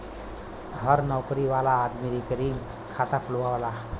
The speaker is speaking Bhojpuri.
हर नउकरी वाला आदमी रिकरींग खाता खुलवावला